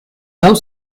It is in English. love